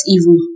evil